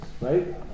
right